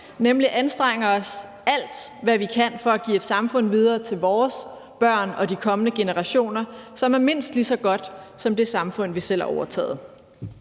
nemlig anstrenger os alt, hvad vi kan, for at give et samfund videre til vores børn og de kommende generationer, som er mindst lige så godt som det samfund, vi selv har overtaget.